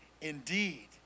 indeed